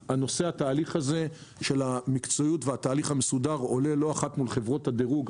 התהליך המסודר והתהליך של המקצועיות עולים לא אחת מול חברות הדירוג.